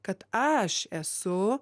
kad aš esu